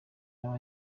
aba